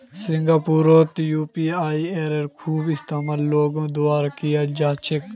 सिंगापुरतो यूपीआईयेर खूब इस्तेमाल लोगेर द्वारा कियाल जा छे